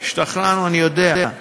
השתכנענו, אני יודע.